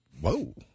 Whoa